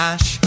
Ash